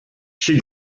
she